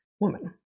woman